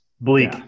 Bleak